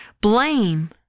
Blame